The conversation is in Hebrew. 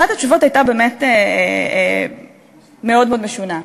ואחת התשובות הייתה באמת מאוד מאוד משונה.